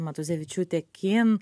matuzevičiūtė kin